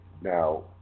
Now